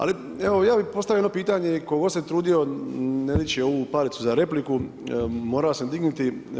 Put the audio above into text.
Ali evo ja bih postavio jedno pitanje, koliko god se trudio ne dići ovu palicu za repliku morao sam dignuti.